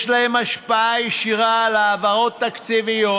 יש להן השפעה ישירה על העברות תקציביות